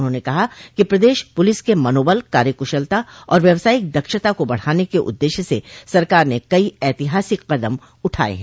उन्होंने कहा कि प्रदेश पुलिस के मनोबल कार्यकुशलता एवं व्यवसायिक दक्षता को बढ़ाने के उद्देश्य से सरकार ने कई एतिहासिक कदम उठाये हैं